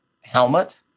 helmet